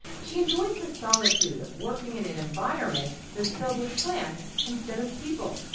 she enjoys the solitude of working in an environment that's filled with plants instead of people.